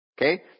Okay